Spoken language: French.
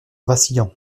vacillant